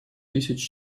тысяч